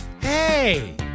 hey